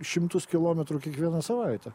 šimtus kilometrų kiekvieną savaitę